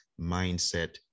mindset